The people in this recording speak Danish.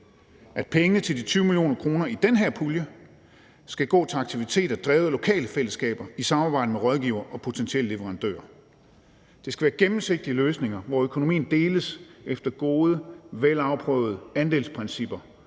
at pengene fra de 20 mio. kr. i den her pulje skal gå til aktiviteter drevet af lokale fællesskaber i samarbejde med rådgivere og potentielle leverandører. Det skal være gennemsigtige løsninger, hvor økonomien deles efter gode, velafprøvede andelsprincipper,